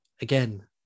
again